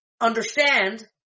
understand